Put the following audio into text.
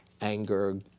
anger